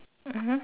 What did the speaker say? mmhmm